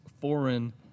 foreign